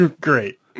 Great